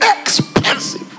Expensive